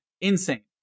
Insane